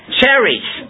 cherries